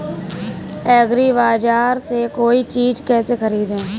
एग्रीबाजार से कोई चीज केसे खरीदें?